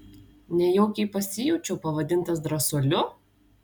nejaukiai pasijaučiau pavadintas drąsuoliu